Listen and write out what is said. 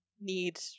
need